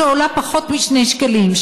שעולה פחות מ-2 שקלים,